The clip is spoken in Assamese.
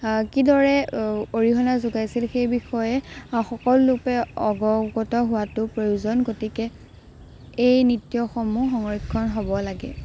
কিদৰে অৰিহণা যোগাইছিল সেই বিষয়ে সকলো লোকে অৱগত হোৱাটো প্ৰয়োজন গতিকে এই নৃত্যসমূহ সংৰক্ষণ হ'ব লাগে